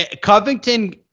Covington